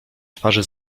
twarzy